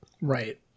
Right